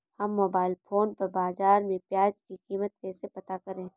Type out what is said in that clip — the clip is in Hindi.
हम मोबाइल फोन पर बाज़ार में प्याज़ की कीमत कैसे पता करें?